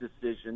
decision